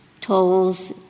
tolls